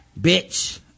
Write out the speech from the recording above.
bitch